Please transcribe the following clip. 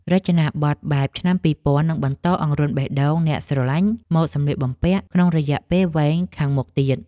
រចនាប័ទ្មបែបឆ្នាំពីរពាន់នឹងបន្តអង្រួនបេះដូងអ្នកស្រឡាញ់ម៉ូដសម្លៀកបំពាក់ក្នុងរយៈពេលវែងខាងមុខទៀត។